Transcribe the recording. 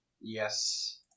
Yes